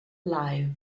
live